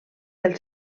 del